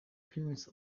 appearance